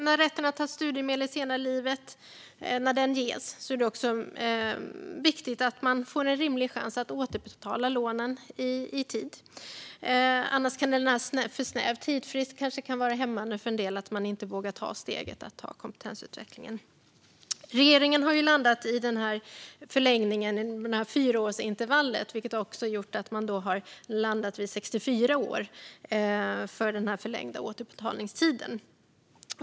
När rätten att ta studiemedel senare i livet ges är det också viktigt att man får en rimlig chans att återbetala lånen i tid. Annars kan en för snäv tidsfrist vara hämmande för en del så att man kanske inte vågar ta steget med kompetensutveckling. Regeringen har landat i ett förslag om ett fyraårsintervall i förlängningen, vilket har gjort att man har landat i åldern 64 år för den förlängda återbetalningstiden.